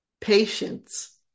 patience